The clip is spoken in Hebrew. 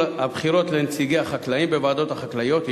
הבחירות לנציגי החקלאים בוועדות החקלאיות.